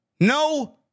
No